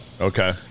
Okay